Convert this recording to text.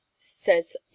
says